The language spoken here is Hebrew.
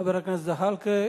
חבר הכנסת זחאלקה.